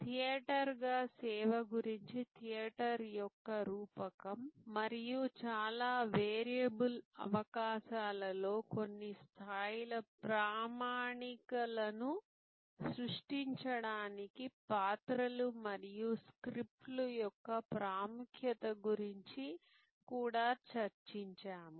థియేటర్గా సేవ గురించి థియేటర్ యొక్క రూపకం మరియు చాలా వేరియబుల్ అవకాశాలలో కొన్ని స్థాయిల ప్రామాణీకరణను సృష్టించడానికి పాత్రలు మరియు స్క్రిప్ట్ల యొక్క ప్రాముఖ్యత గురించి కూడా చర్చించాము